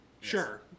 Sure